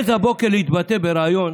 כשהעז הבוקר להתבטא בריאיון